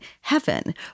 heaven